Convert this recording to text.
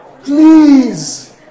Please